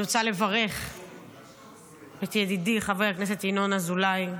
אני רוצה לברך את ידידי, חבר הכנסת ינון אזולאי,